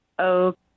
Okay